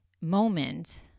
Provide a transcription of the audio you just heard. moment